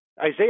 Isaiah